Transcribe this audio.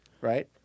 Right